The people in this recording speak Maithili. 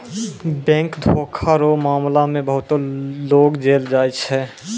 बैंक धोखा रो मामला मे बहुते लोग जेल जाय छै